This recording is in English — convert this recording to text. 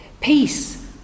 Peace